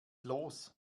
los